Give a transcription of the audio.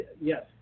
yes